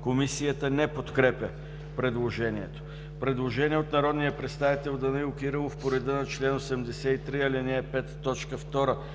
Комисията не подкрепя предложението. Предложение от народния представител Данаил Кирилов по реда на чл. 83, ал. 5, т.